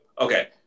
Okay